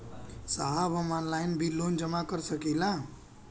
साहब हम ऑनलाइन भी लोन जमा कर सकीला?